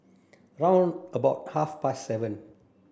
round about half past seven